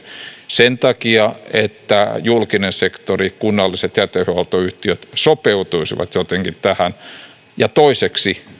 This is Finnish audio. sen takia että julkinen sektori kunnalliset jätehuoltoyhtiöt sopeutuisivat jotenkin tähän ja toiseksi